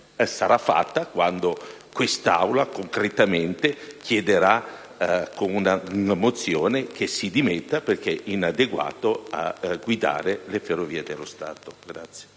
sarà fatta quando quest'Aula concretamente chiederà con una mozione che si dimetta perché inadeguato a guidare Ferrovie dello Stato.